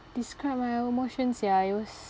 describe my emotions ya it was